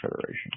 Federation